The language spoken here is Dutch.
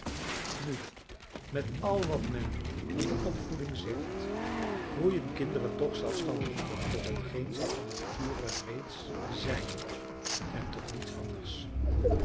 nu met al wat men van de opvoeding zegt groeien kinderen toch zelfstandig op tot hetgeen zij van nature reeds zijn en tot niets anders